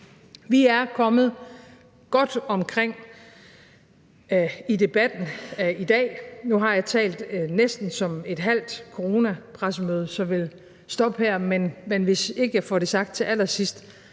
Vi er kommet godt omkring i debatten i dag. Nu har jeg næsten talt i tiden for et halvt coronapressemøde, så jeg vil stoppe her. Men hvis ikke jeg får det sagt til allersidst,